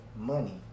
money